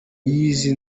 y’izi